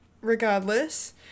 regardless